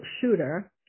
shooter